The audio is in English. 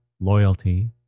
loyalty